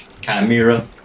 Chimera